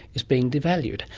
is being devalued.